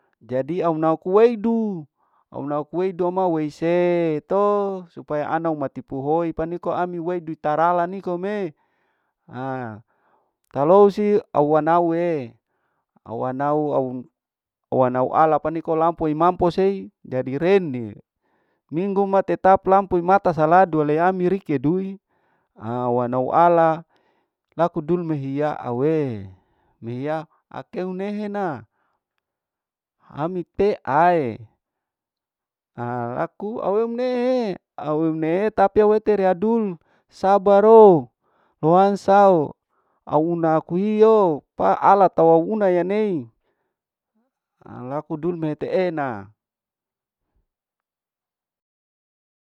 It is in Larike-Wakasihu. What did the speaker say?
Jadi au naku weidu, au naku weidu nama weise to, supaya ana mati pohoi niko ami weidu tarala nikome ha kalau si au anaue, au anau, au anau ala paniko lampu imamposee irenne minggu ma tetap lampu mata saladu leanu rike deui awanau ala laku dunme hiya awe ne hiya akeu nehe na ami teae alaku awemneheee, awem nehe tapi awe tera dulu sabaro huansao au una aku hioo pa ala tawau una alei laku dunmete ena.